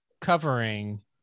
covering